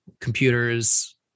computers